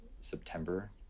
September